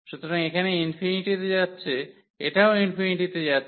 সুতরাং এখানে ∞ তে যাচ্ছে এটাও ∞ তে যাচ্ছে